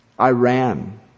Iran